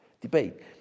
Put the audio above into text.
debate